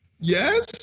yes